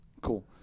Cool